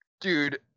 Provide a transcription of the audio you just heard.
dude